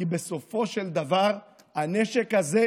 כי בסופו של דבר הנשק הזה,